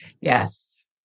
Yes